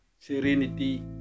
serenity